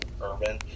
urban